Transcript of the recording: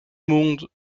monde